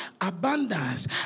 Abundance